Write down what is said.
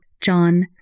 John